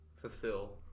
fulfill